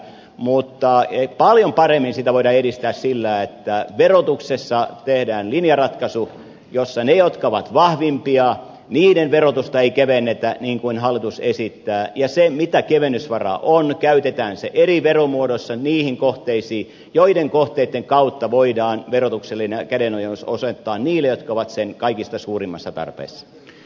mutta paljon paremmin sitä voidaan edistää sillä että verotuksessa tehdään linjaratkaisu jossa niiden verotusta jotka ovat vahvimpia ei kevennetä niin kuin hallitus esittää ja se mitä kevennysvaraa on käytetään eri veromuodoissa niihin kohteisiin joiden kautta voidaan verotuksellinen kädenojennus osoittaa niille jotka ovat sen kaikista suurimmassa tarpeessa